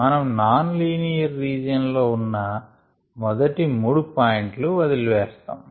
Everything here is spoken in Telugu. మనం నాన్ లీనియర్ రీజియన్ లో ఉన్న మొదటి 3 పాయింట్లు వదిలి వేస్తాము